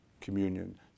communion